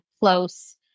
close